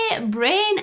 Brain